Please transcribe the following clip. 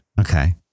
Okay